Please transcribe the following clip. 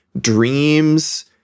dreams